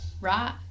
right